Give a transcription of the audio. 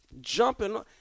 jumping